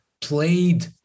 played